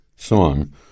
song